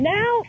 Now